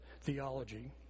theology